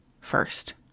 first